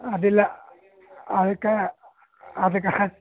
ಅದಿಲ್ಲ ಅದಕ್ಕೆ ಅದಕ್ಕೆ